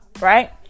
Right